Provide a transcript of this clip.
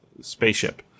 spaceship